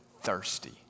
thirsty